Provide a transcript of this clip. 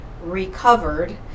recovered